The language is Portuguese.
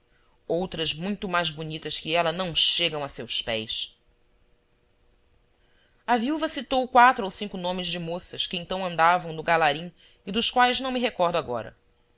outras muito mais bonitas que ela não chegam a seus pés a viúva citou quatro ou cinco nomes de moças que então andavam no galarim e dos quais não me recordo agora